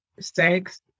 sex